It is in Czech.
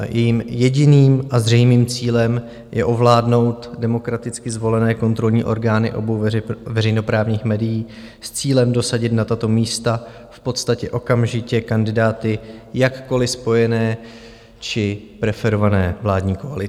Jejím jediným a zřejmým cílem je ovládnout demokraticky zvolené kontrolní orgány obou veřejnoprávních médií s cílem dosadit na tato místa v podstatě okamžitě kandidáty jakkoli spojené či preferované vládní koalicí.